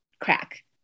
crack